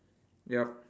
yup